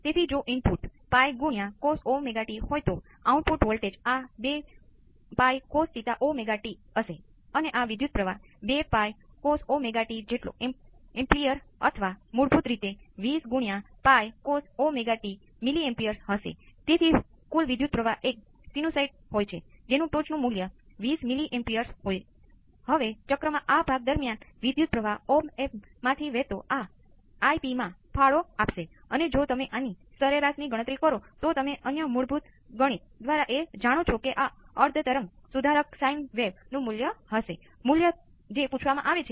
તેથી આપણે ચર્ચા કરી છે કે તમે કેવી રીતે પ્રારંભિક અને અંતિમ મૂલ્યોને શોધી શકો છો અને સર્કિટ છે અને અંતે સમય અચળાંકની ગણતરી કરવી પણ ખૂબ જ સરળ છે